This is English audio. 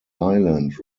island